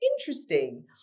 interesting